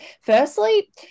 firstly